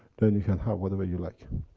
then you can have whatever you like.